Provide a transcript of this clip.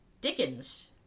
Dickens